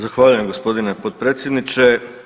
Zahvaljujem gospodine potpredsjedniče.